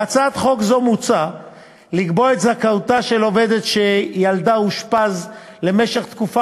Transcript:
בהצעת חוק זו מוצע לקבוע את זכאותה של עובדת שילדה אושפז למשך תקופה